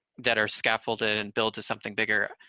that are scaffolded and built to something bigger.